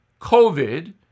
COVID